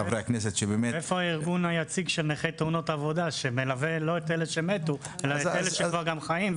איפה הארגון היציג שמלווה לא את אלה שמתו אלא את אלה שחיים,